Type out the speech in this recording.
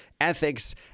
ethics